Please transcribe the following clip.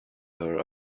her